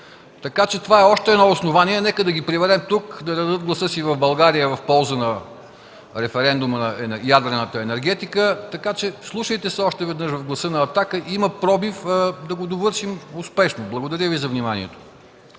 Така че това е още едно основание. Нека да ги приберем тук, да дадат гласа си в България в полза на референдума за ядрената енергетика. Така че вслушайте се още веднъж в гласа на „Атака”. Има пробив. Да го довършим успешно! Благодаря за вниманието.